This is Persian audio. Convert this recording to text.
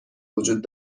وجود